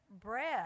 bread